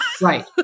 Right